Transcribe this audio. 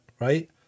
right